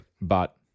But-